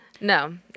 No